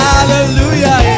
hallelujah